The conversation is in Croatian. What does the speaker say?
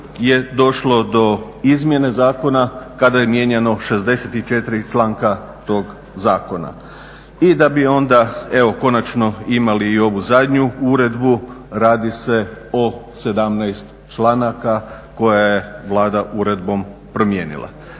je došlo do izmjene zakona kada je mijenjano 64 članka tog zakona. I da bi onda, evo konačno imali i ovu zadnju uredbu, radi se o 17 članaka koje je Vlada uredbom promijenila.